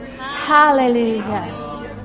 Hallelujah